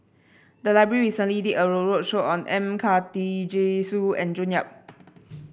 the library recently did a road roadshow on M Karthigesu and June Yap